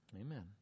Amen